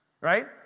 right